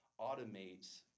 automates